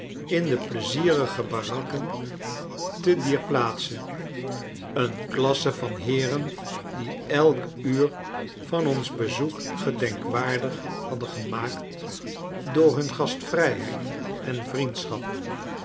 in de pleizierige barakken te dier plaatse een klasse van heeren die elk uur van ons bezoek gedenkwaardig hadden gemaakt door hun gastvrijheid en vriendschap